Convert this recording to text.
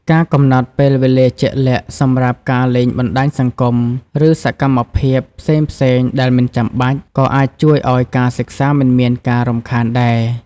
ការកំណត់ពេលវេលាជាក់លាក់សម្រាប់ការលេងបណ្ដាញសង្គម ឬសកម្មភាពផ្សេងៗដែលមិនចាំបាច់ ក៏អាចជួយឲ្យការសិក្សាមិនមានការរំខានដែរ។